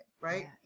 Right